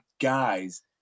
guys